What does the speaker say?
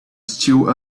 still